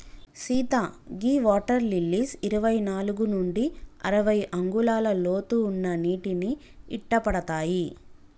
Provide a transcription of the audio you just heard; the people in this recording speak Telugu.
సీత గీ వాటర్ లిల్లీస్ ఇరవై నాలుగు నుండి అరవై అంగుళాల లోతు ఉన్న నీటిని ఇట్టపడతాయి